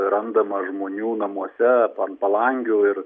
randama žmonių namuose ant palangių ir